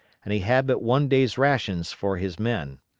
and he had but one day's rations for his men.